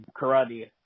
karate